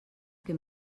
que